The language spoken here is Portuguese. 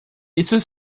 isso